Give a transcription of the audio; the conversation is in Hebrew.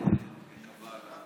חברי הכנסת,